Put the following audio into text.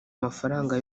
mafaranga